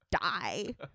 die